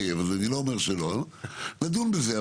נדון בזה.